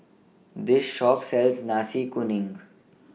This Shop sells Nasi Kuning